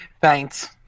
Thanks